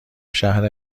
شهر